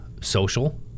social